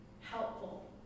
helpful